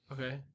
Okay